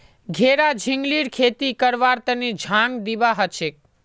घेरा झिंगलीर खेती करवार तने झांग दिबा हछेक